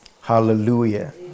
Hallelujah